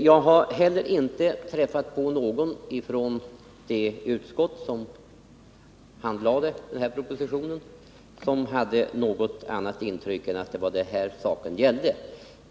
Jag har heller inte träffat på någon från det utskott som handlade den här propositionen som hade något annat intryck än att det var detta saken gällde.